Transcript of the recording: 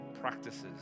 practices